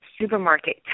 supermarket